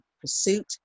pursuit